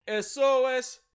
sos